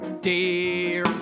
Dear